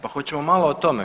Pa hoćemo malo o tome?